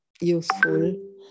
useful